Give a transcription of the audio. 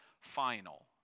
final